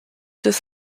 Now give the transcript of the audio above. des